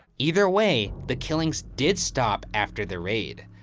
either way, the killings did stop after the raid.